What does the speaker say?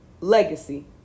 legacy